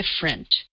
different